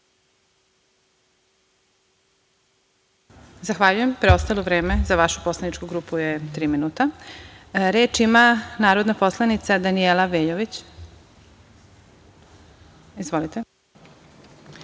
Zahvaljujem. Preostalo vreme za vašu poslaničku grupu je tri minuta. Reč ima narodna poslanica, Danijela Veljović. Izvolite.